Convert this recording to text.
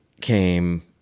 came